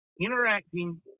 Interacting